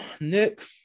Nick